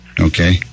Okay